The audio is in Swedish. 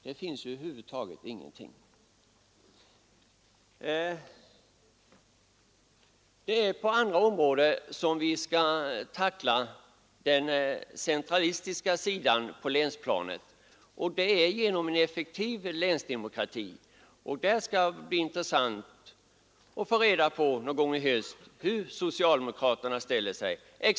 Nej, det är inom andra områden på länsplanet som vi skall tackla den centralistiska sidan, och det är genom en effektiv länsdemokrati. Och någon gång i höst skall det bli intressant att se hur socialdemokraterna ställer sig där.